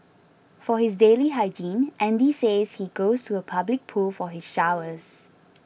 for his daily hygiene Andy says he goes to a public pool for his showers